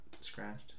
scratched